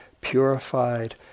purified